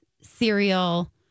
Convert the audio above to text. cereal